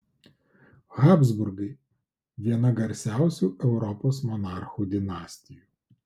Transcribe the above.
habsburgai viena garsiausių europos monarchų dinastijų